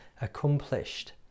accomplished